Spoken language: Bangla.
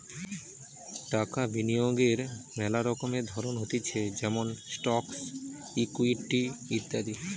টাকা বিনিয়োগের মেলা রকমের ধরণ হতিছে যেমন স্টকস, ইকুইটি ইত্যাদি